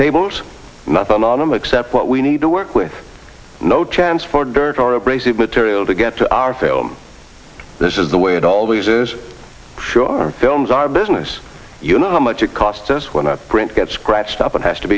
tables nothing anonyma except what we need to work with no chance for dirt or abrasive material to get to our film this is the way it always is show our films our business you know how much it costs us when a print get scratched up and has to